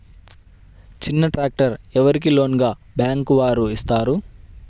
చిన్న ట్రాక్టర్ ఎవరికి లోన్గా బ్యాంక్ వారు ఇస్తారు?